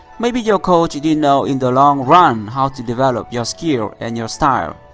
maybe your coach didn't know in the long run, how to develop your skill and your style.